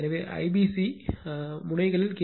எனவே I P C முனைகளில் K